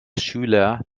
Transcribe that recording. schüler